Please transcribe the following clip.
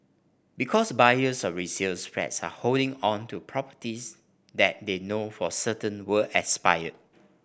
because buyers of resale flats are holding on to properties that they know for certain will expire